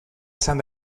izan